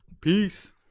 Peace